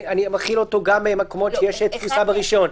אני מחיל אותו גם במקומות שיש תפוסה ברישיון,